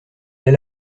est